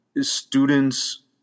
students